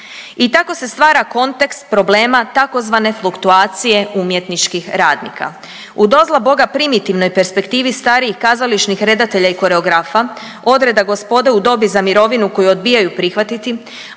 i tako se stvara kontekst problema tzv. fluktuacije umjetničkih radnika. U do zla Boga primitivnoj perspektivi starijih kazališnih redatelja i koreografa, odreda gospode u dobi za mirovinu koju odbijaju prihvatiti,